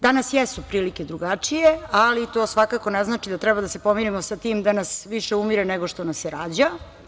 Danas jesu prilike drugačije, ali to svakako ne znači da treba da se pomirimo sa tim da nas više umire nego što nas se rađa.